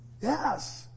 Yes